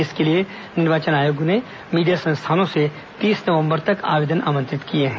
इसके लिए निर्वाचन आयोग ने मीडिया संस्थानों से तीस नवंबर तक आवेदन आमंत्रित किया है